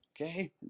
Okay